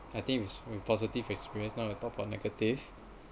I think it's with positive experience now you talk about negative